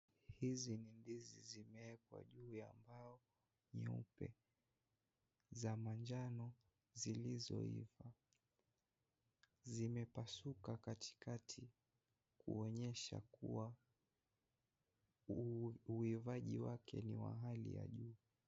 Hizi ni ndizi zimeekwa juu ya mbao nyeupe za manjano zilizoiva zimepasuka katikati kuonyesha kuwa uivaji wake ni wa hali ya juu.